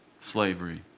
slavery